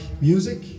music